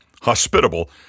hospitable